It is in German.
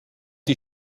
die